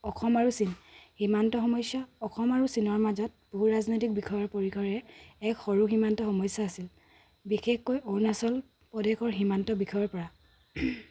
অসম আৰু চীন সীমান্ত সমস্যা অসম আৰু চীনৰ মাজত ভূ ৰাজনৈতিক বিষয়ৰ পৰিসৰে এক সৰু সীমান্ত সমস্যা আছিল বিশেষকৈ অৰুণাচল প্ৰদেশৰ সীমান্ত বিষয়ৰ পৰা